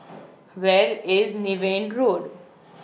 Where IS Niven Road